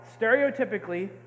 stereotypically